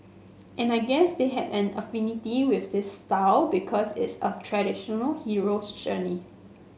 and I guess they had an affinity with this style because it's a traditional hero's journey